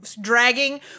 Dragging